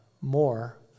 more